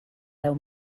deu